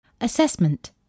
Assessment